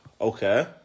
Okay